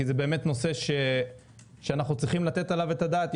כי זה נושא שאנחנו צריכים לתת עליו את הדעת.